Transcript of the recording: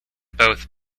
both